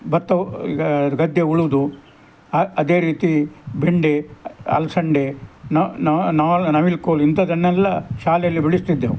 ಭತ್ತ ಈಗ ಗದ್ದೆ ಉಳೋದು ಆ ಅದೇ ರೀತಿ ಬೆಂಡೆ ಅಲಸಂಡೆ ನವಿಲುಕೋಲು ಇಂಥದ್ದನ್ನೆಲ್ಲ ಶಾಲೆಯಲ್ಲಿ ಬೆಳೆಸ್ತಿದ್ದೆವು